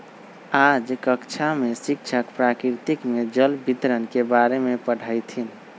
आज कक्षा में शिक्षक प्रकृति में जल वितरण के बारे में पढ़ईथीन